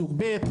סוג ב',